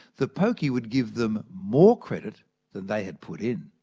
the pokie would give them more credit than they had put in.